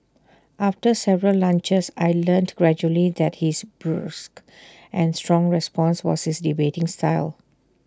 after several lunches I learnt gradually that his brusque and strong response was his debating style